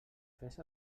fes